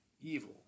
evil